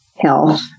health